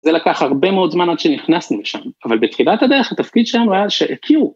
זה לקח הרבה מאוד זמן עד שנכנסנו לשם, אבל בתחילת הדרך התפקיד שלנו היה שהכירו.